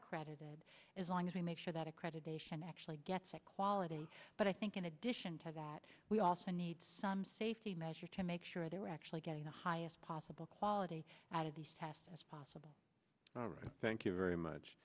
accredited as long as we make sure that accreditation actually gets that quality but i think in addition to that we also need some safety measure to make sure they're actually getting the highest possible quality out of these tests as possible all right thank you very much